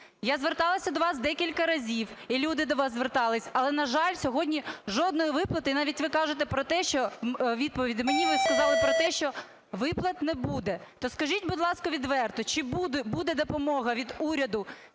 Я зверталася до вас декілька разів, і люди до вас звертались. Але, на жаль, сьогодні жодної виплати. І навіть ви кажете про те, що відповідь… мені ви сказали про те, що виплат не буде. То скажіть, будь ласка, відверто, чи буде допомога від уряду